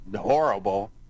horrible